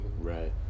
Right